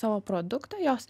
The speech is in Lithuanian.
savo produktų jos